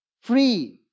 Free